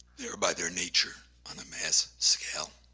whereby their nature on a mass scale,